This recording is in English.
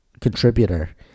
contributor